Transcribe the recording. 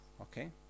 Okay